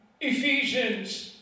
Ephesians